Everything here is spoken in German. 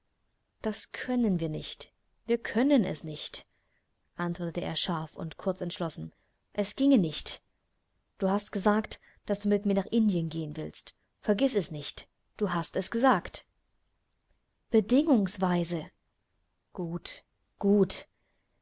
das können wir nicht wir können es nicht antwortete er scharf und kurz entschlossen es ginge nicht du hast gesagt daß du mit mir nach indien gehen willst vergiß es nicht du hast es gesagt bedingungsweise gut gut